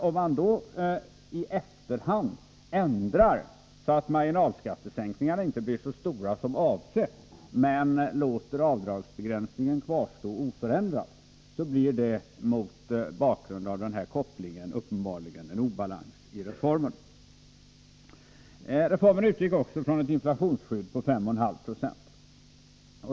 Om man i efterhand ändrar så att marginalskattesänkningarna inte blir så stora som var avsett, men låter avdragsbegränsningen kvarstå oförändrad, är det klart att det mot bakgrund av denna koppling uppenbarligen blir en obalans i reformen. Reformen utgick från ett inflationsskydd på 5,5 96.